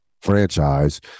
Franchise